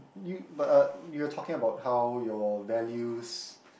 you but uh you are talking about how your values